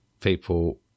People